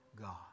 God